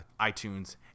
iTunes